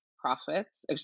profits